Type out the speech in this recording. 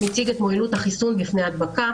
מציג את מועילות החיסון בפני הדבקה,